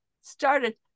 started